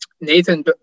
Nathan